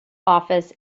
office